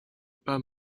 pas